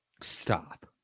stop